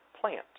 plant